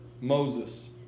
Moses